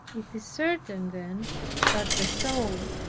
it is certain then that the soul,